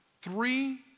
three